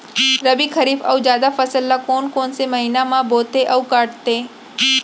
रबि, खरीफ अऊ जादा फसल ल कोन कोन से महीना म बोथे अऊ काटते?